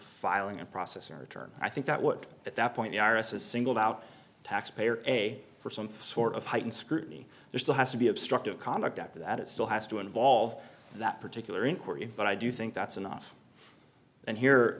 filing a process or a term i think that what at that point the i r s is singled out taxpayer pay for some sort of heightened scrutiny there still has to be obstructive conduct after that it still has to involve that particular inquiry but i do think that's enough and here